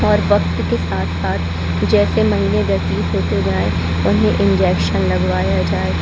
और वक़्त के साथ साथ जैसे महीने व्यतीत होते जाएं उन्हें इंजेक्शन लगवाया जाए